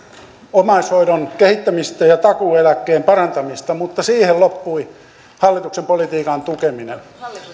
omaishoidon kehittämistä ja takuueläkkeen parantamista mutta siihen loppui hallituksen politiikan tukeminen